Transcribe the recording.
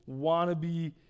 wannabe